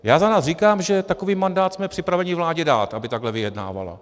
Já za nás říkám, že takový mandát jsme připraveni vládě dát, aby takhle vyjednávala.